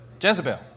Jezebel